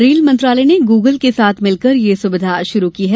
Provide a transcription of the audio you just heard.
rail मंत्रालय ने Google के साथ मिलकर यह सुविधा शुरू की है